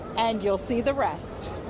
and you'll see the rest.